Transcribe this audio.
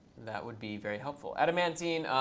that would be very helpful. adamantine,